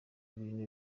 ibintu